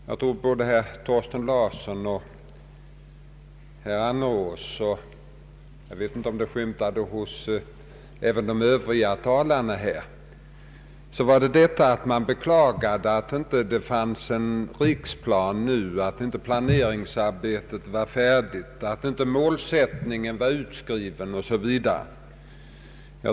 Jag tror att det framgick av både herr Åke Larssons och herr Annerås” inlägg — möjligen skymtade det fram även hos de övriga talarna här — att man beklagade att det inte fanns en riksplan nu, att planeringsarbetet inte var färdigt, att målsättningen inte var utskriven m.m.